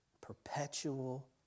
perpetual